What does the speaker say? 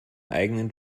eigenen